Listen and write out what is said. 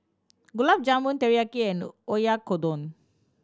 Gulab Jamun Teriyaki and Oyakodon